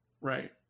Right